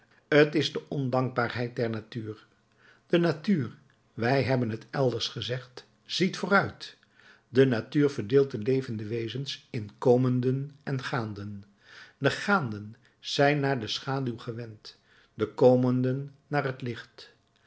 t is de ondankbaarheid der natuur de natuur wij hebben het elders gezegd ziet vooruit de natuur verdeelt de levende wezens in komenden en gaanden de gaanden zijn naar de schaduw gewend de komenden naar het licht